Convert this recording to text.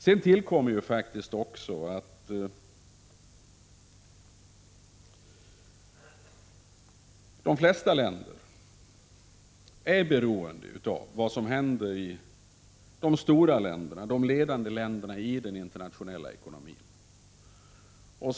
Sedan tillkommer faktiskt också att de flesta länder är beroende av vad som händer i de stora länderna, de ledande länderna i den internationella ekonomin.